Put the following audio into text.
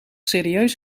serieus